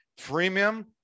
freemium